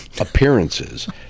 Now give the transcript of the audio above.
appearances